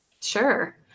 Sure